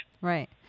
Right